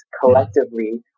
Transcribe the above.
collectively